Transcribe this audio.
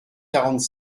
quarante